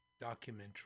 documentary